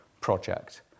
project